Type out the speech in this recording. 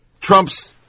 Trump's